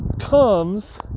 comes